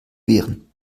wehren